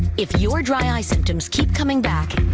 if your dry eye symptoms keep coming back.